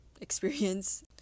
experience